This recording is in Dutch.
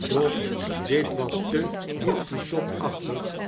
doch dit was te don-quichotachtig